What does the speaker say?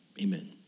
amen